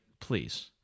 Please